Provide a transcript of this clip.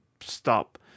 stop